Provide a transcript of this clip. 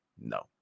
no